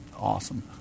awesome